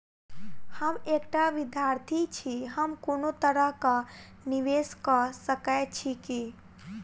हम एकटा विधार्थी छी, हम कोनो तरह कऽ निवेश कऽ सकय छी की?